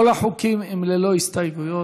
כל החוקים הם ללא הסתייגויות.